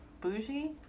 Bougie